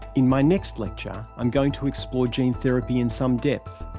in my next lecture, i'm going to explore gene therapy in some depth.